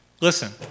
listen